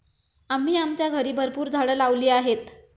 आम्ही आमच्या घरी भरपूर झाडं लावली आहेत